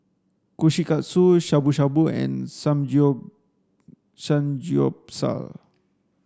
Kushikatsu Shabu Shabu and Samgyeopsal